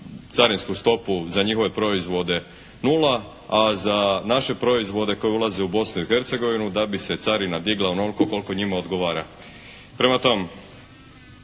carinsku stopu za njihove proizvode 0, a za naše proizvode koji ulaze u Bosnu i Hercegovinu da bi se carina digla onoliko koliko njima odgovara. Prema tome,